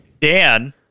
Dan